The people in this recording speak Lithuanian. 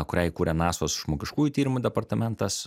kurią įkūrė nasos žmogiškųjų tyrimų departamentas